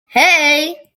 hey